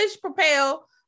propel